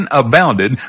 abounded